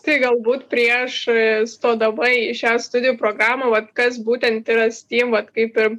tai galbūt prieš stodama į šią studijų programą vat kas būtent yra stim vat kaip ir